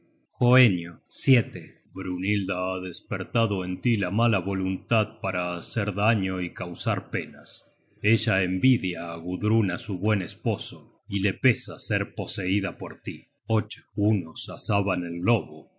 sus promesas hoenio brynhilda ha despertado en tí la mala voluntad para hacer daño y causar penas ella envidia á gudruna su buen esposo y la pesa ser poseida por tí unos asaban el lobo